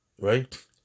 Right